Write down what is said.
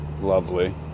lovely